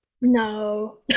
No